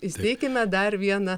įsteikime dar vieną